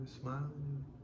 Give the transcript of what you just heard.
smiling